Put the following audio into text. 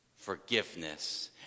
forgiveness